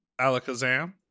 Alakazam